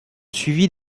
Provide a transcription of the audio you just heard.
suivi